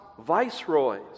viceroys